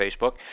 Facebook